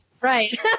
Right